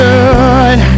good